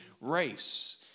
race